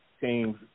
teams